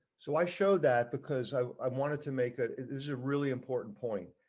so i show that because i i wanted to make that is a really important point.